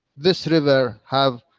this river have,